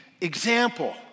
example